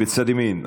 בצד ימין,